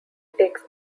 takes